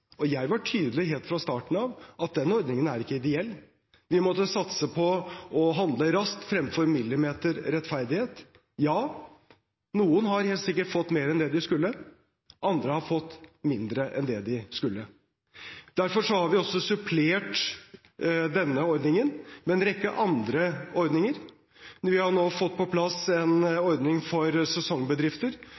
Jeg var helt fra starten av tydelig på at den ordningen ikke er ideell. Vi måtte satse på å handle raskt fremfor millimeterrettferdighet. Ja, noen har helt sikkert fått mer enn det de skulle. Andre har fått mindre enn det de skulle. Derfor har vi også supplert denne ordningen med en rekke andre ordninger. Vi har nå fått på plass en ordning for sesongbedrifter